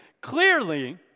Clearly